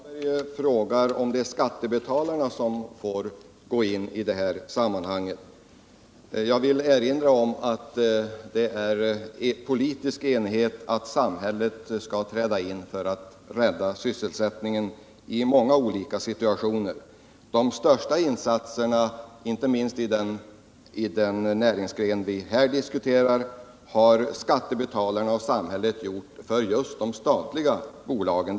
Herr talman! Herr Hagberg frågar om det är skattebetalarna som får gå in i det här sammanhanget. Jag vill erinra om att det råder politisk enighet om att samhället skall träda in för att rädda sysselsättningen i många olika situationer. De stora insatserna — inte minst i den näringsgren vi här diskuterar — har skattebetalarna och samhället gjort för just de statliga bolagen.